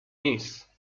نیست